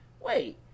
wait